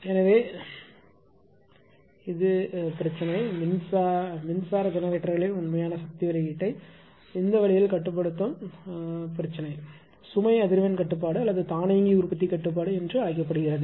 எனவே என்று அழைக்கப்படும் பிரச்சனை மின்சார ஜெனரேட்டர்களின் உண்மையான சக்தி வெளியீட்டை இந்த வழியில் கட்டுப்படுத்தும் பிரச்சனை சுமை அதிர்வெண் கட்டுப்பாடு அல்லது தானியங்கி உற்பத்தி கட்டுப்பாடு என அழைக்கப்படுகிறது